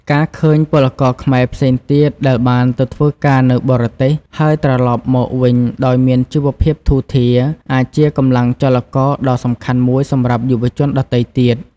ការឃើញពលករខ្មែរផ្សេងទៀតដែលបានទៅធ្វើការនៅបរទេស ហើយត្រឡប់មកវិញដោយមានជីវភាពធូរធារ អាចជាកម្លាំងចលករដ៏សំខាន់មួយសម្រាប់យុវជនដទៃទៀត។